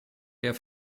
der